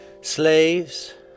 Slaves